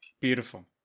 beautiful